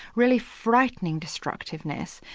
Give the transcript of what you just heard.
really frightening destructiveness,